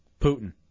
Putin